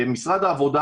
משרד העבודה,